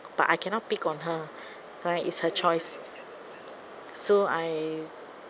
but I cannot pick on her correct it's her choice so I